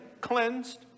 cleansed